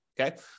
okay